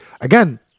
again